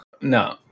No